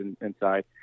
inside